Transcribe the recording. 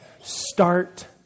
Start